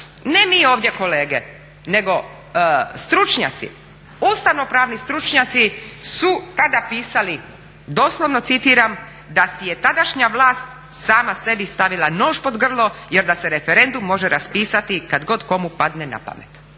ne mi ovdje kolege nego stručnjaci ustavnopravni stručnjaci su tada pisali doslovno citiram: "da si je tadašnja vlast sama sebi stavila nož pod grlo jer da se referendum može raspisati kad god kome padne na pamet."